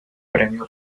premio